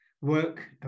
work